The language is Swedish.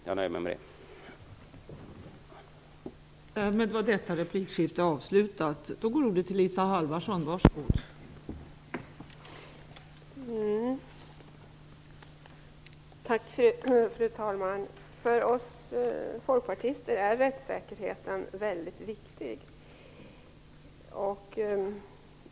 Jag nöjer mig med detta.